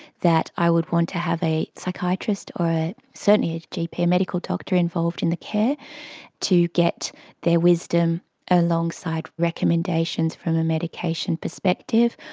that i would want to have a psychiatrist or certainly a gp, a a medical doctor involved in the care to get their wisdom alongside recommendations from a medication perspective.